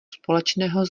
společného